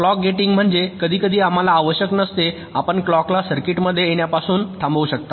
clock gating म्हणजे कधीकधी आम्हाला आवश्यक नसते आपण क्लॉकला सर्किटमध्ये येण्यापासून थांबवू शकता